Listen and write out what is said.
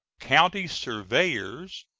county surveyors,